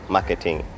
Marketing